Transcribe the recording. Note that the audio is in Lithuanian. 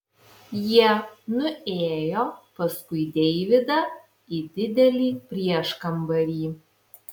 jie nuėjo paskui deividą į didelį prieškambarį